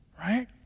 right